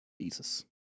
Jesus